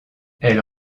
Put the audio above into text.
elle